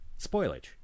spoilage